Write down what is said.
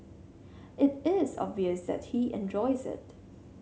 it is obvious that he enjoys it